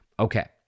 Okay